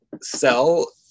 sell